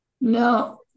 No